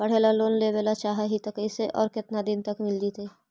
पढ़े ल लोन लेबे ल चाह ही त कैसे औ केतना तक मिल जितै?